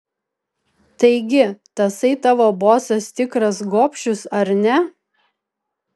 taigi tasai tavo bosas tikras gobšius ar ne